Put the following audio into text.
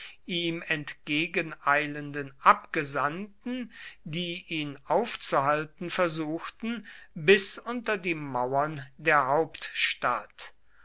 ihm entgegeneilenden abgesandten die ihn aufzuhalten versuchten bis unter die mauern der hauptstadt